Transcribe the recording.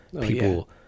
people